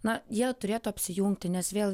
na jie turėtų apsijungti nes vėl